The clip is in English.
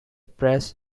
press